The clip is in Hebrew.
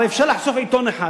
הרי אפשר לחסוך עיתון אחד,